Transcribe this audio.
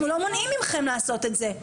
אנחנו לא מונעים מכם לעשות את זה,